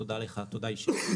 ותודה לך, תודה אישית.